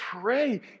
pray